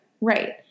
right